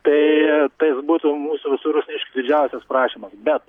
tai tai jis būtų mūsų visų rusniškių didžiausias prašymas bet